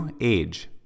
Age